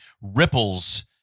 ripples